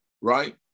right